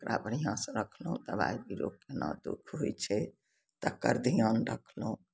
ओकरा बढ़िआँसँ रखलहुँ दवाई बिरो केना दुःख होइ छै तक्कर धिआन रखलहुँ